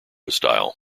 style